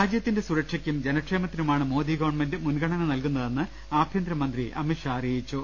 രാജ്യത്തിന്റെ സുരക്ഷയ്ക്കും ജനക്ഷേമത്തിനുമാണ് മോദി ഗവൺമെന്റ് മുൻഗണന നൽകുന്നതെന്ന് ആഭ്യന്തരമന്ത്രി അമിത്ഷാ പറഞ്ഞു